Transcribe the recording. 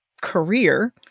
career